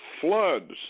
Floods